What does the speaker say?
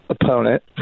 opponent